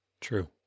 True